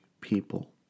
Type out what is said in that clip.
people